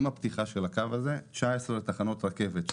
ועם הפתיחה של הקו הזה 19 תחנות רכבת,